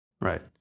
right